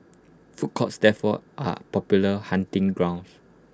food courts therefore are popular hunting grounds